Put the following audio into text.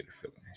feelings